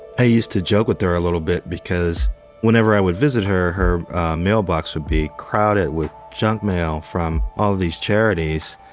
i used to joke with her a little bit because whenever i would visit her, her mailbox would be crowded with junk mail from all these charities.